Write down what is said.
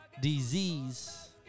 disease